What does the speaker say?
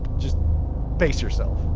just pace yourself.